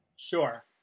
Sure